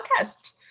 podcast